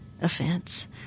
offense